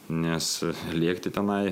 nes lėkti tenai